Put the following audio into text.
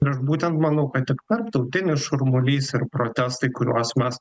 ir aš būtent manau kad tik tarptautinis šurmulys ir protestai kuriuos mes